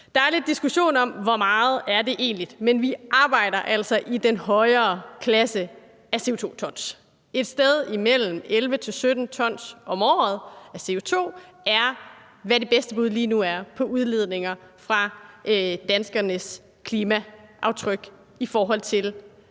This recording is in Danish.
Der er lidt diskussion om, hvor meget det egentlig er, men vi arbejder altså i den højere klasse af tons CO2, og et sted imellem 11 og 17 t CO2 om året er det bedste bud lige nu på udledninger fra danskernes klimaaftryk i forhold til